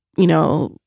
you know,